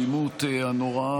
האלימות הנוראה,